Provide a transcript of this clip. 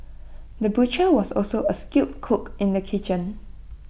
the butcher was also A skilled cook in the kitchen